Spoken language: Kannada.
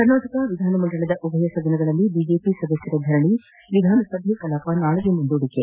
ಕರ್ನಾಟಕ ವಿಧಾನಮಂಡಲದ ಉಭಯ ಸದನಗಳಲ್ಲಿ ಬಿಜೆಪಿ ಸದಸ್ಯರ ಧರಣಿ ವಿಧಾನಸಭೆ ಕಲಾಪ ನಾಳೆಗೆ ಮುಂದೂಡಿಕೆ